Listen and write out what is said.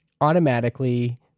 automatically